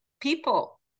people